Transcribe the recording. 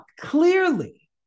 clearly